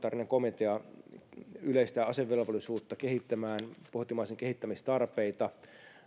parlamentaarinen komitea yleistä asevelvollisuutta kehittämään pohtimaan sen kehittämistarpeita